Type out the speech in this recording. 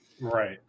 Right